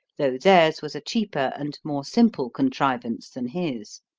though theirs was a cheaper and more simple contrivance than his.